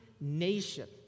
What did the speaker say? nation